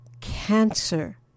cancer